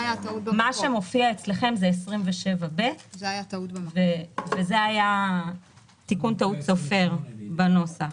מופיע אצלכם 28(ב) אך זו טעות סופר וזה צריך להיות 27(ב) בנוסח